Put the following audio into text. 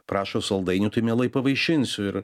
prašo saldainių tai mielai pavaišinsiu ir